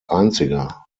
einziger